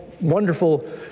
wonderful